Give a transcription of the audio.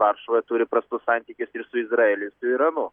varšuva turi prastus santykius ir su izraeliu ir su iranu